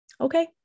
Okay